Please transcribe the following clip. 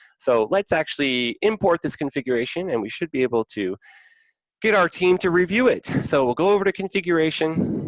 so, let's actually import this configuration, and we should be able to get our team to review it. so, we'll go over to configuration,